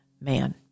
man